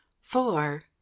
Four